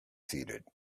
seated